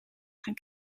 gaan